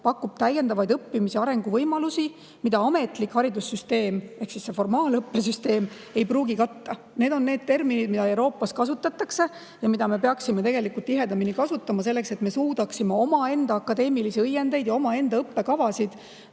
pakub täiendavaid õppimis‑ ja arenguvõimalusi, mida ametlik haridussüsteem ehk formaalõppesüsteem ei pruugi katta. Need on terminid, mida Euroopas kasutatakse ja mida me peaksime tegelikult tihedamini kasutama selleks, et me suudaksime omaenda akadeemilisi õiendeid ja õppekavasid